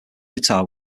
guitar